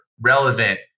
relevant